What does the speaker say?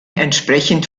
entsprechend